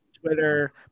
Twitter